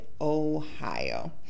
Ohio